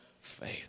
faith